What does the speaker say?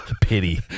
pity